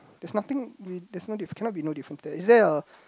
there's nothing we there's no diff~ cannot be no difference is there a